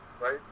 right